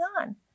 on